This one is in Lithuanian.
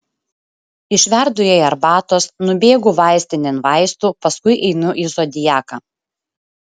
išverdu jai arbatos nubėgu vaistinėn vaistų paskui einu į zodiaką